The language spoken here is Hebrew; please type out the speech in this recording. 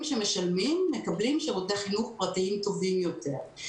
שמשלמים מקבלים שירותי חינוך פרטיים טובים יותר.